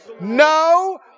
No